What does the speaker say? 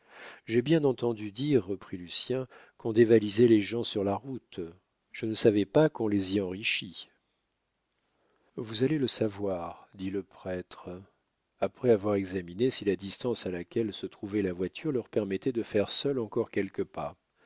j'ai bien entendu dire reprit lucien qu'on dévalisait les gens sur la route je ne savais pas qu'on les y enrichît vous allez le savoir dit le prêtre après avoir examiné si la distance à laquelle se trouvait la voiture leur permettait de faire seuls encore quelques pas